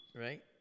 right